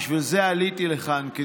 לכן עליתי לכאן,